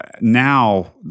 Now